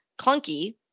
clunky